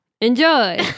Enjoy